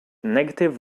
negative